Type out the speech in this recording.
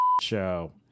show